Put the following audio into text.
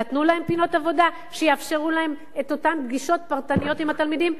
נתנו להם פינות עבודה שיאפשרו להם אותן פגישות פרטניות עם התלמידים?